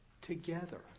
together